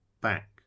back